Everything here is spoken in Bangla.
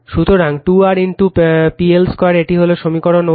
সুতরাং 2 R PL 2 এটি হল সমীকরণ 1